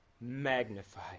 magnify